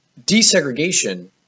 desegregation